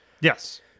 Yes